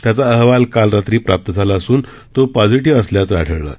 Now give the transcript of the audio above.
त्याचा अहवाल काल रात्री प्राप्त झाला असून तो पॉझिटीव्ह असल्याच आढळलं आहे